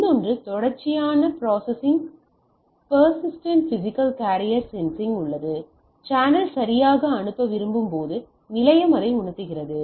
இன்னொன்று தொடர்ச்சியான persistent physical carrier sensing உள்ளது சேனல் சரியாக அனுப்ப விரும்பும் போது நிலையம் அதை உணர்கிறது